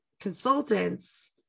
consultants